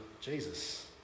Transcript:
Jesus